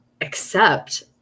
accept